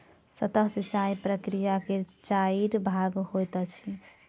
सतह सिचाई प्रकिया के चाइर भाग होइत अछि